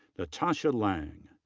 natasha lang.